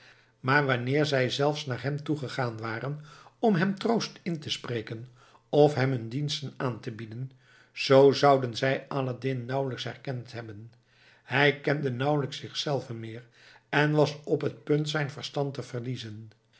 maar wanneer zij zelfs naar hem toe gegaan waren om hem troost in te spreken of hem hun diensten aan te bieden zoo zouden zij aladdin nauwelijks herkend hebben hij kende nauwelijks zichzelven meer en was op het punt zijn verstand te verliezen